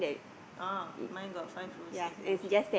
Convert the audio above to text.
oh mine got five rose in a bush